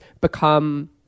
become